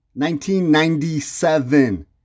1997